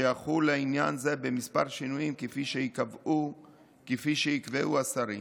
שיחול לעניין זה במספר שינויים, כפי שיקבעו השרים.